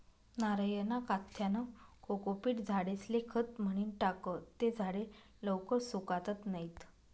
नारयना काथ्यानं कोकोपीट झाडेस्ले खत म्हनीन टाकं ते झाडे लवकर सुकातत नैत